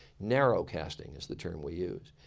narrow casting is the term we use.